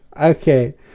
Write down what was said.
okay